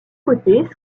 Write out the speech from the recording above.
côtés